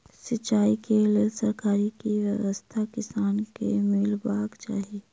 सिंचाई केँ लेल सरकारी की व्यवस्था किसान केँ मीलबाक चाहि?